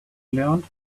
learned